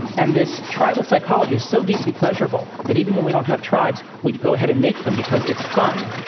and and this tribal psychology is so deeply pleasurable that even when we don't have tribes, we go ahead and make them, because it's fun.